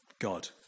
God